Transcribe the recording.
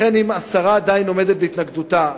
לכן, אם השרה עדיין עומדת בהתנגדותה,